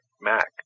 Mac